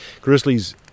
Grizzlies